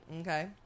Okay